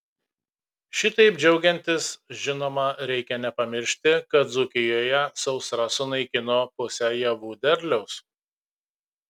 šitaip džiaugiantis žinoma reikia nepamiršti kad dzūkijoje sausra sunaikino pusę javų derliaus